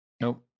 Nope